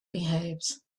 behaves